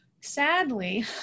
sadly